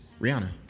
Rihanna